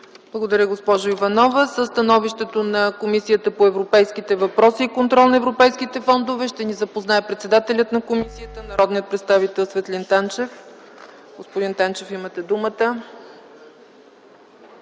Благодаря, госпожо Иванова. Със становището на Комисията по европейските въпроси и контрол на европейските фондове ще ни запознае председателят на комисията народният представител Светлин Танчев. Господин Танчев, имате думата.